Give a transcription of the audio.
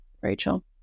rachel